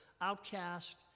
outcast